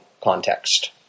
context